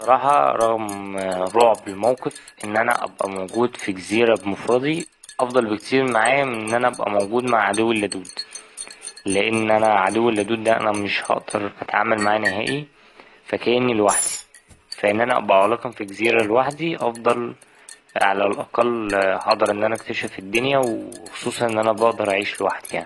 بصراحة رغم رعب الموقف إن أنا أبقى موجود في جزيرة بمفردي أفضل بكتير معايا من إن أنا أبقى موجود مع عدوي اللدود، لأن أنا عدوي اللدود ده أنا مش هقدر أتعامل معاه نهائي فا كأني لوحدي فا إن أنا أبقى عالقا في جزيرة لوحدي أفضل على الأقل هقدر إن أنا أكتشف الدنيا و خصوصا إن أنا بقدر أعيش لوحدي يعني.